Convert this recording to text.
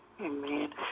Amen